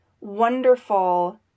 wonderful